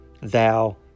Thou